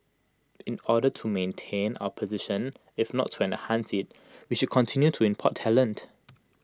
in order to maintain our position if not to enhance IT we should continue to import talent